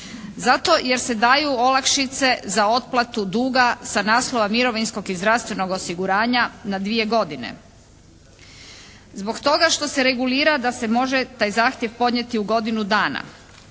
zato jer se daju olakšice za otplatu duga sa naslova mirovinskog i zdravstvenog osiguranja na 2 godine. Zbog toga što se regulira da se može taj zahtjev podnijeti u godinu dana.